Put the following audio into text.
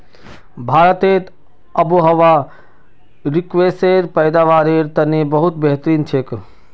भारतेर आबोहवा स्क्वैशेर पैदावारेर तने बहुत बेहतरीन छेक